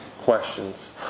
Questions